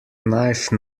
knife